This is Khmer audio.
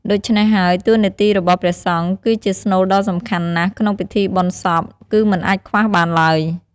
ដូច្នេះហើយ តួនាទីរបស់ព្រះសង្ឃគឺជាស្នូលដ៏សំខាន់ណាស់ ក្នុងពិធីបូណ្យសព គឹមិនអាចខ្វះបានឡើយ។